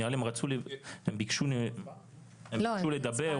הם ביקשו לדבר.